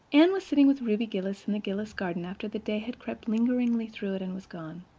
anne was sitting with ruby gillis in the gillis' garden after the day had crept lingeringly through it and was gone.